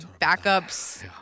backups